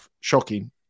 shocking